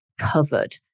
covered